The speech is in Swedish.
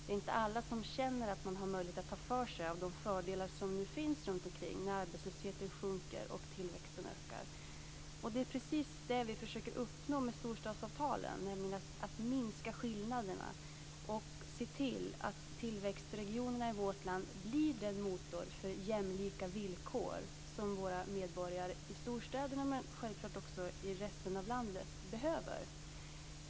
Det är inte alla som känner att de har möjlighet att ta för sig av de fördelar som finns runtomkring nu när arbetslösheten sjunker och tillväxten ökar. Vad vi försöker uppnå med storstadsavtalen är just detta med att minska skillnaderna och att se till att tillväxtregionerna i vårt land blir den motor för jämlika villkor som våra medborgare i storstäderna och självklart också i resten av landet behöver.